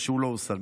והוא לא הושג,